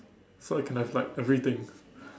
so I can have like everything